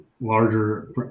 larger